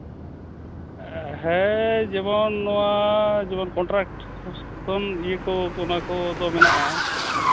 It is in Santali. ᱦᱮᱸ ᱡᱮᱢᱚᱱ ᱱᱚᱣᱟ ᱡᱮᱢᱚᱱ ᱠᱚᱱᱴᱨᱟᱠᱴ ᱥᱚᱵᱽ ᱤᱭᱟᱹ ᱠᱚ ᱚᱱᱟ ᱠᱚᱫᱚ ᱢᱮᱱᱟᱜᱼᱟ